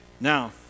Now